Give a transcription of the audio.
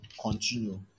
continue